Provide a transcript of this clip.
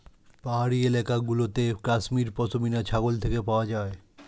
পাহাড়ি এলাকা গুলোতে কাশ্মীর পশমিনা ছাগল থেকে পাওয়া যায়